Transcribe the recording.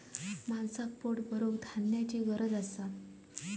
माणसाक पोट भरूक धान्याची गरज असा